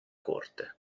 corte